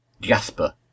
Jasper